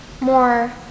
more